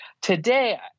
today